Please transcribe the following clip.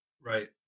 Right